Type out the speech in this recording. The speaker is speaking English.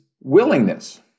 willingness